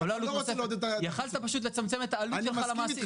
אתה לא רוצה --- יכולת פשוט לצמצם את העלות שלך למעסיק.